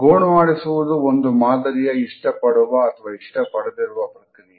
ಗೋಣು ಆಡಿಸುವುದು ಒಂದು ಮಾದರಿಯ ಇಷ್ಟಪಡುವ ಅಥವಾ ಇಷ್ಟಪಡದಿರುವ ಪ್ರಕ್ರಿಯೆ